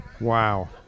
Wow